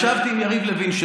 ישבתי עם יריב לוין,